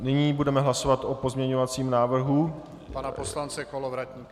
Nyní budeme hlasovat o pozměňovacím návrhu pana poslance Kolovratníka.